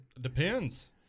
depends